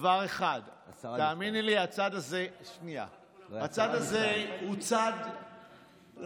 דבר אחד: תאמיני לי, הצד הזה הוא צד לפלף.